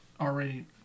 already